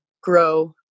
grow